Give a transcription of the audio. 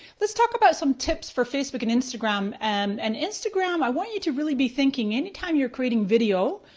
let's talk about some tips for facebook and instagram. and and instagram, i want you to really be thinking any time you're creating video,